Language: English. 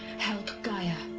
help gaia.